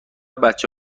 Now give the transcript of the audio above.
بچه